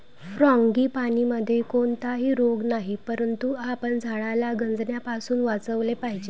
फ्रांगीपानीमध्ये कोणताही रोग नाही, परंतु आपण झाडाला गंजण्यापासून वाचवले पाहिजे